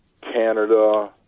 Canada